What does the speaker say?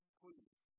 please